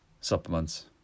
supplements